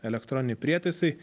elektroniniai prietaisai